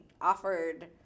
offered